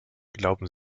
glauben